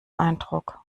eindruck